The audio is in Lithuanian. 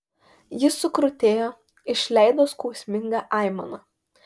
jis sukrutėjo išleido skausmingą aimaną